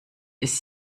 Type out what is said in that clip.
ist